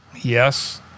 Yes